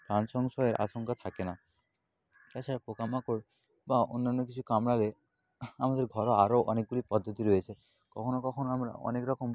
প্রাণ সংশয়ের আশঙ্কা থাকে না তাছাড়া পোকা মাকড় বা অন্যান্য কিছু কামড়ালে আমাদের ঘরোয়া আরও অনেকগুলি পদ্ধতি রয়েছে কখনও কখনও আমরা অনেক রকম